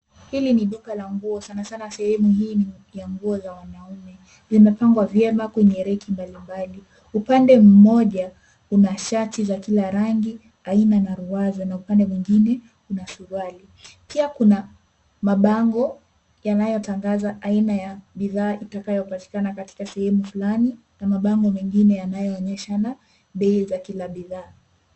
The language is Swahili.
Hili ni duka la nguo sanasana sehemu hii ni ya nguo za wanaume. Zimepangwa vyema kwenye reki mbalimbali. Upande mmoja, kuna shati za kila rangi, aina na ruwaza na upande mwingine kuna suruali. Pia kuna mabango yanayotangaza aina ya bidhaa itakayopatikana katika sehemu fulani na mabango mengine yanayoonyeshana bei za kila bidhaa.